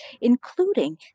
including